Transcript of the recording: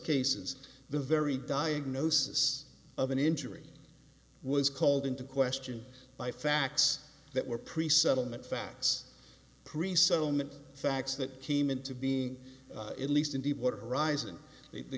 cases the very diagnosis of an injury was called into question by facts that were pre settlement facts pre settlement facts that team into being in least in deepwater horizon the